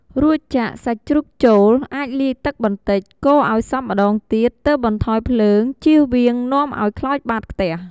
រួចចាក់សាច់ជ្រូកចូល អាចលាយទឹកបន្តិច កូរឱ្យសព្វម្ដងទៀត ទើបបន្ថយភ្លើង ជៀសវាងនាំឱ្យខ្លោចបាតខ្ទះ។